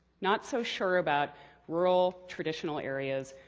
not so sure about rural, traditional areas,